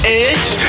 edge